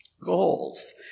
Goals